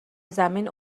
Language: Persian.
زمین